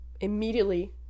immediately